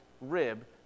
rib